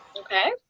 Okay